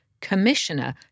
commissioner